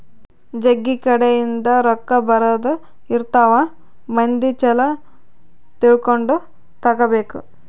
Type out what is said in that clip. ಜಗ್ಗಿ ಕಡೆ ಇಂದ ರೊಕ್ಕ ಬರೋದ ಇರ್ತವ ಮಂದಿ ಚೊಲೊ ತಿಳ್ಕೊಂಡ ತಗಾಬೇಕು